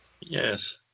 Yes